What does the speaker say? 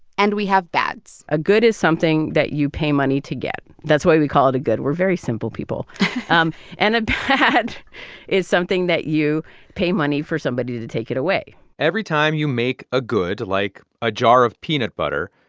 and we have bads a good is something that you pay money to get. that's why we call it a good. we're very simple people um and a bad is something that you pay money for somebody to take it away every time you make a good, like a jar of peanut butter,